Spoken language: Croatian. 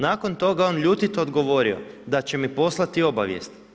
Nakon toga je on ljutito odgovorio da će mi poslati obavijest.